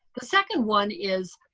the second one is,